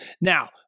Now